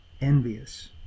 envious